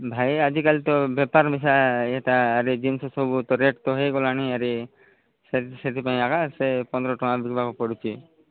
ଭାଇ ଆଜିକାଲି ତ ବେପାର ମିଶା ଇଏଟାରେ ଜିନିଷ ସବୁ ରେଟ୍ ତ ହୋଇଗଲାଣି ଆରେ ସେ ସେଥିପାଇଁ ଆଗା ସେ ପନ୍ଦର ଟଙ୍କା ଦେବାକୁ ପଡ଼ୁଛି